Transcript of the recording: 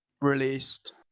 released